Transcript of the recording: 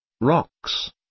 Rocks